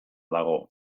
dago